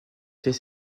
fait